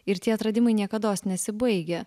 ir tie atradimai niekados nesibaigia